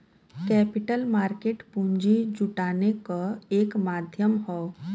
capital market पूंजी जुटाने क एक माध्यम हौ